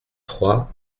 trois